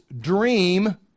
dream